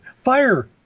Fire